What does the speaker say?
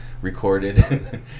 Recorded